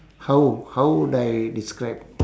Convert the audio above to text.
how how would I describe